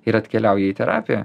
ir atkeliauja į terapiją